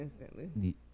instantly